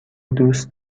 دوست